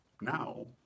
Now